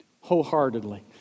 wholeheartedly